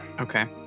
Okay